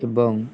ଏବଂ